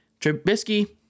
Trubisky